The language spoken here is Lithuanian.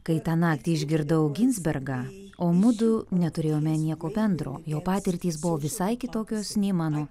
kai tą naktį išgirdau ginsbergą o mudu neturėjome nieko bendro jo patirtys buvo visai kitokios nei mano